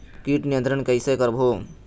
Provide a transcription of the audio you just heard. कीट नियंत्रण कइसे करबो?